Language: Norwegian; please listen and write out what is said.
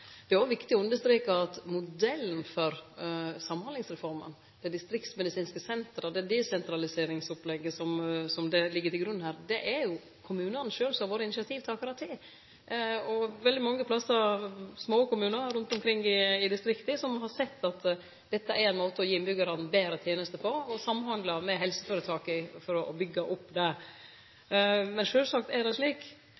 Det er òg viktig å understreke at modellen for Samhandlingsreforma, dei distriktsmedisinske sentra og det desentraliseringsopplegget som ligg til grunn her, er det kommunane sjølve som har vore initiativtakarar til. Veldig mange plassar, små kommunar rundt omkring i distrikta, har sett at dette er ein måte å gje innbyggjarane betre tenester på og å samhandle med helseføretaka for å byggje det opp. Men sjølvsagt er det